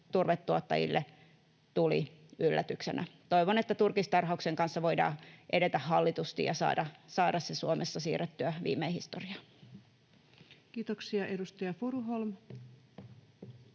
turvetuottajille yllätyksenä. Toivon, että turkistarhauksen kanssa voidaan edetä hallitusti ja saada se Suomessa siirrettyä viimein historiaan. Kiitoksia. — Edustaja Furuholm.